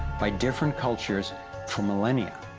by different cultures for millennia.